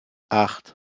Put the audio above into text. acht